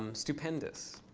um stupendous.